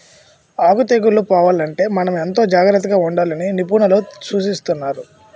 ఆకు తెగుళ్ళు పోవాలంటే మనం ఎంతో జాగ్రత్తగా ఉండాలని నిపుణులు సూచిస్తున్నారు